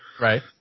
Right